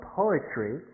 poetry